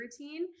routine